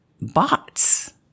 bots